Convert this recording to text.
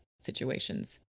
situations